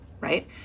Right